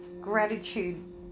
gratitude